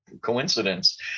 Coincidence